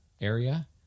area